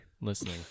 listening